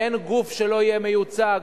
אין גוף שלא יהיה מיוצג,